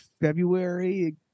February